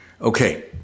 Okay